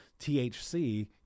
THC